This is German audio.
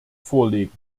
vorlegen